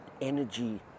energy